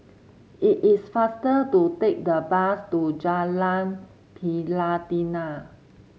it is faster to take the bus to Jalan Pelatina